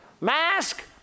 Mask